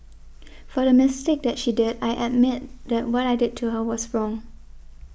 for the mistake that she did I admit that what I did to her was wrong